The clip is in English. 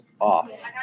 off